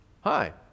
Hi